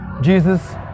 Jesus